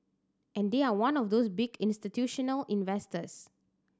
and they are one of those big institutional investors